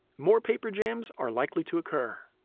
more paper jams are likely to occur.